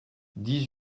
dix